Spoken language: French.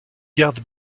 garde